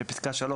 - בפסקה (3),